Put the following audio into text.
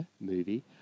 movie